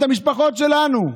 את המשפחות שלנו.